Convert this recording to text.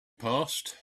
passed